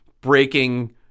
breaking